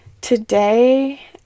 today